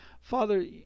Father